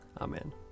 Amen